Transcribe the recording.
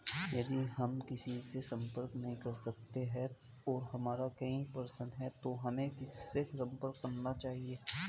यदि हम किसी से संपर्क नहीं कर सकते हैं और हमारा कोई प्रश्न है तो हमें किससे संपर्क करना चाहिए?